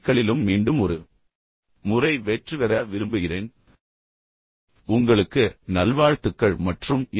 களிலும் மீண்டும் ஒரு முறை வெற்றிபெற விரும்புகிறேன் உங்களுக்கு நல்வாழ்த்துக்கள் மற்றும் இந்த